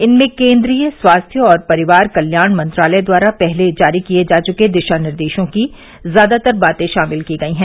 इनमें केन्द्रीय स्वास्थ्य और परिवार कल्याण मंत्रालय द्वारा पहले जारी किये जा चुके दिशा निर्देशों की ज्यादातर बातें शामिल की गई हैं